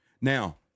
Now